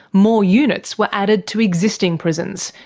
more units were added to existing prisons,